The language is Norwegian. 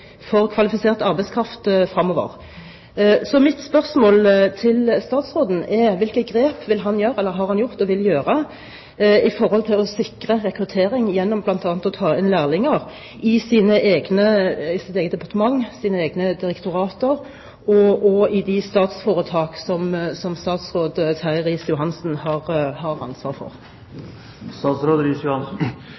kvalifisert arbeidskraft fremover. Så mitt spørsmål til statsråden er: Hvilke grep vil han ta, eller har han tatt, for å sikre rekrutteringen gjennom bl.a. å ta inn lærlinger i sitt eget departement, sine egne direktorater og i de statsforetak som statsråd Terje Riis-Johansen har ansvar for?